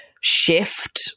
shift